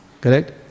Correct